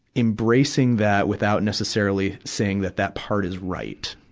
embracing that without necessarily saying that that part is right.